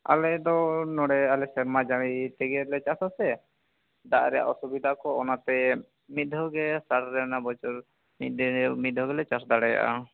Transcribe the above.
ᱟᱞᱮ ᱫᱚ ᱱᱚᱸᱰᱮ ᱟᱞᱮ ᱥᱮᱨᱢᱟ ᱡᱟᱹᱲᱤ ᱛᱮᱜᱮ ᱞᱮ ᱪᱟᱥᱟᱥᱮ ᱫᱟᱜ ᱨᱮᱭᱟ ᱚᱥᱩᱵᱤᱫᱷᱟ ᱠᱚ ᱚᱱᱟᱛᱮ ᱢᱤᱫ ᱫᱷᱟᱶ ᱜᱮ ᱟᱥᱟᱲ ᱨᱮ ᱚᱱᱟ ᱵᱚᱪᱷᱚᱨ ᱢᱤᱫ ᱫᱷᱟᱶ ᱜᱮᱞᱮ ᱪᱟᱥ ᱫᱟᱲᱮᱭᱟᱜᱼᱟ